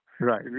Right